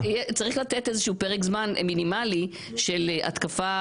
צריך לתת איזה שהוא פרק זמן מינימלי של התקפה